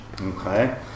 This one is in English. Okay